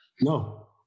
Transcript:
No